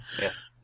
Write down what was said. Yes